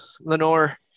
Lenore